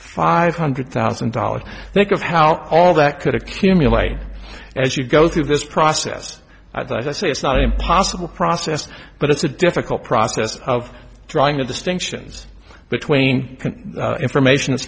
five hundred thousand dollars think of how all that could accumulate as you go through this process i say it's not impossible process but it's a difficult process of drawing the distinctions between information is